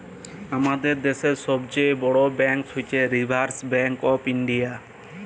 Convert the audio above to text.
আমাদের দ্যাশের ছব চাঁয়ে বড় ব্যাংক হছে রিসার্ভ ব্যাংক অফ ইলডিয়া